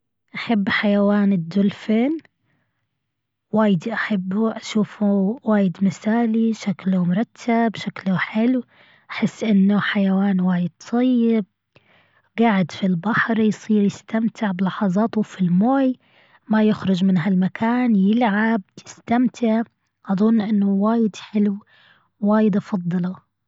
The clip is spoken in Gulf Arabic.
أحب حيوان الدولفين وايدي أحبه اشوفه وايد مثالي شكله مرتب شكله حلو أحس أنه حيوان وايد طيب قاعد في البحر يصير يستمتع بلحظاته في المي ما يخرج من هالمكان يلعب يستمتع أظن أنه وايد حلو وايد أفضله.